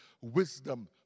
wisdom